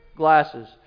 glasses